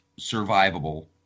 survivable